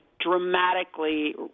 dramatically